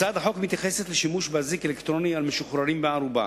הצעת החוק מתייחסת לשימוש באזיק אלקטרוני אצל משוחררים בערובה,